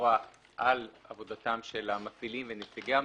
התחבורה על עבודתם של המפעילים ונציגי המפעילים,